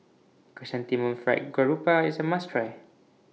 Chrysanthemum Fried Garoupa IS A must Try